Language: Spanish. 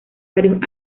varios